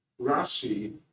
Rashi